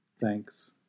Thanks